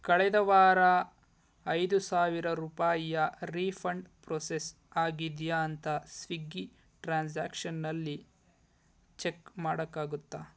ಕಳೆದವಾರ ಐದು ಸಾವಿರ ರೂಪಾಯಿಯ ರೀಫಂಡ್ ಪ್ರೊಸೆಸ್ ಆಗಿದೆಯಾ ಅಂತ ಸ್ವಿಗ್ಗಿ ಟ್ರಾನ್ಸಾಕ್ಷನ್ನಲ್ಲಿ ಚಕ್ ಮಾಡೋಕ್ಕಾಗುತ್ತಾ